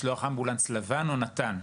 לשלוח אמבולנס לבן או נט"ן.